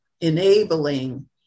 enabling